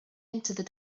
entered